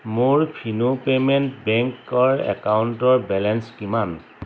মোৰ ফিনো পে'মেণ্ট বেংকৰ একাউণ্টৰ বেলেঞ্চ কিমান